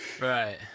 Right